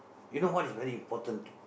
you know what is very important